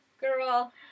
girl